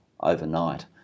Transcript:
overnight